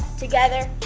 together.